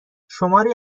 شماری